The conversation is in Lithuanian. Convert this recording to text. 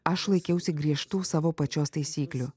aš laikiausi griežtų savo pačios taisyklių